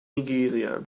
nigeria